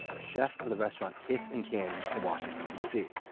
chef of the restaurant kith and kin in washington, d c.